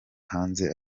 hanze